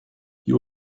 you